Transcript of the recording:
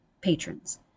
patrons